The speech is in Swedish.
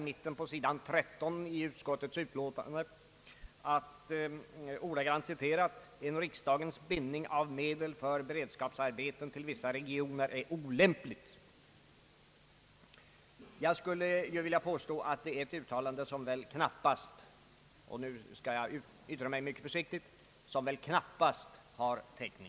Mitt på sidan 13 i utskottets utlåtande anföres att »en riksdagens bindning av medel för beredskapsarbeten till vissa regioner är olämplig». Jag vågar påstå att detta uttalande — för att uttrycka mig mycket försiktigt — knappast har täckning.